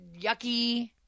yucky